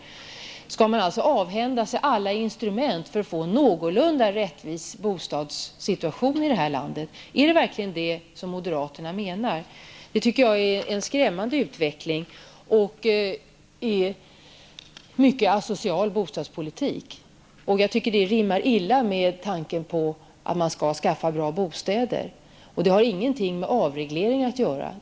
Skall man avhända sig alla instrument för att få en någorlunda rättvis bostadssituation här i landet? Om det verkligen är detta som moderaterna menar, tycker jag att de står för en skrämmande utveckling och en i mycket asocial bostadspolitik. Det rimmar illa med inriktningen på att skaffa fram bra bostäder. Det har ingenting med avreglering att göra.